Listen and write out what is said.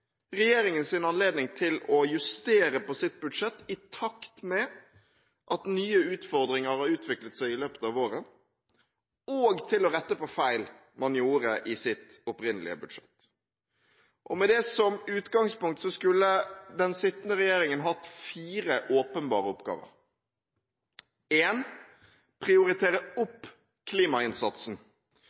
anledning til å justere på sitt budsjett i takt med at nye utfordringer har utviklet seg i løpet av året, og til å rette på feil man gjorde i sitt opprinnelige budsjett. Med det som utgangspunkt skulle den sittende regjeringen hatt fire åpenbare oppgaver: Regjeringen burde prioritere opp klimainnsatsen,